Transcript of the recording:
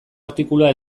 artikulua